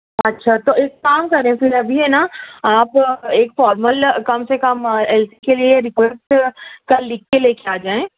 اچھا تو ایک کام کریں پھر ابھی یہ نا آپ ایک فارمل کم سے کم اس کے لیے ریکویسٹ کل لکھ کے لے کے آ جائیں